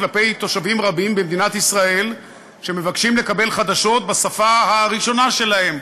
כלפי תושבים רבים במדינת ישראל שמבקשים לקבל חדשות בשפה הראשונה שלהם,